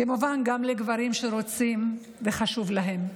וכמובן גם לגברים שרוצים וחשוב להם.